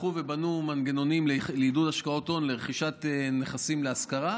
הלכו ובנו מנגנונים לעידוד השקעות הון לרכישת נכסים להשכרה,